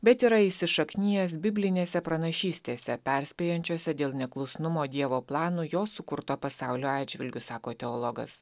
bet yra įsišaknijęs biblinėse pranašystėse perspėjančiose dėl neklusnumo dievo planui jo sukurto pasaulio atžvilgiu sako teologas